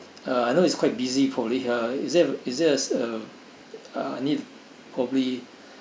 uh I know it's quite busy probably uh is there a is there a I need probably